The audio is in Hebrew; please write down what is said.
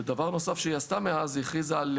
ודבר נוסף שהיא עשתה מאז הוא שהיא הכריזה על